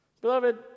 Beloved